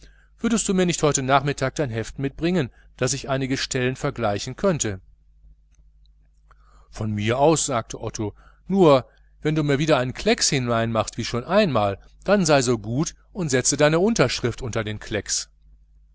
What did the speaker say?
würdest du mir nicht heute nachmittag dein heft mitbringen daß ich einige stellen vergleichen könnte von mir aus sagte otto nur wenn du mir wieder einen klex hineinmachst wie schon einmal dann sei so gut und setze deine unterschrift unter den klex